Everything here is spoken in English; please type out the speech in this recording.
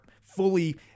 fully